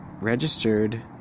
registered